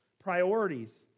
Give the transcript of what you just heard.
priorities